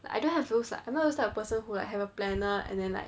I don't have those like I'm not those type of person who like have a planner and then like